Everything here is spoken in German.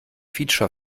feature